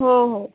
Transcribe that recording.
हो हो